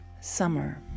Summer